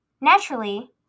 Naturally